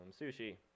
Sushi